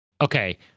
okay